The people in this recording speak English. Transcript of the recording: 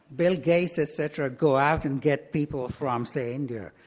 bill gates, et cetera, go out and get people from say india,